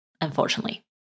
unfortunately